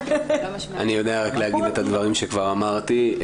אני יודע רק להגיד את הדברים שכבר אמרתי,